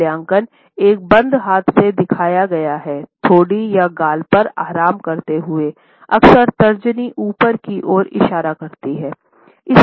मूल्यांकन एक बंद हाथ से दिखाया गया हैठोड़ी या गाल पर आराम करते हुए अक्सर तर्जनी ऊपर की ओर इशारा करती है